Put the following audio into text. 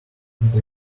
since